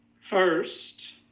First